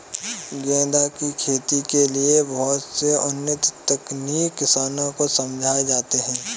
गेंदा की खेती के लिए बहुत से उन्नत तकनीक किसानों को समझाए जाते हैं